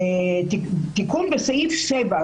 תיקון בסעיף 7,